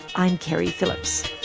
i'm keri phillips.